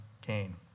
gain